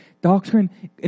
Doctrine